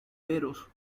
veros